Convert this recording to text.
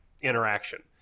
interaction